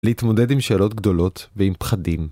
‫להתמודד עם שאלות גדולות ועם פחדים.